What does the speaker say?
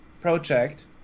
project